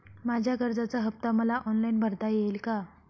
माझ्या कर्जाचा हफ्ता मला ऑनलाईन भरता येईल का?